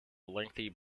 lengthy